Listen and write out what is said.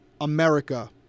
America